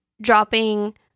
dropping